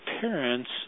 parents